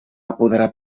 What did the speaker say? apoderar